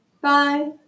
Bye